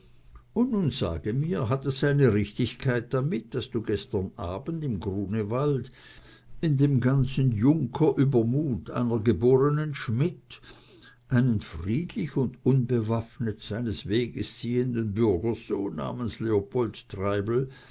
und nun sage mir hat es seine richtigkeit damit daß du gestern abend im grunewald in dem ganzen junkerübermut einer geborenen schmidt einen friedlich und unbewaffnet seines weges ziehenden bürgerssohn namens leopold treibel